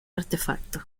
artefacto